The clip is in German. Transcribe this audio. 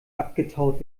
abgetaut